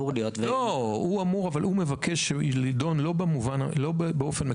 הוא מבקש להיות נדון לא באופן מקוון,